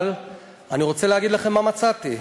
אבל אני רוצה להגיד לכם מה מצאתי.